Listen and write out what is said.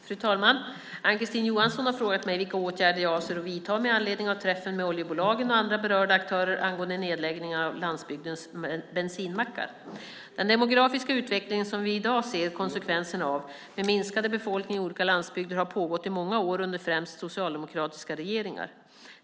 Fru talman! Ann-Kristine Johansson har frågat mig vilka åtgärder jag avser att vidta med anledning av träffen med oljebolagen och andra berörda aktörer angående nedläggningarna av landsbygdens bensinmackar. Den demografiska utveckling som vi i dag ser konsekvenserna av, med minskande befolkning i olika landsbygder, har pågått i många år under främst socialdemokratiska regeringar.